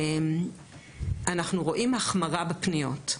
אנחנו רואים החמרה בפניות.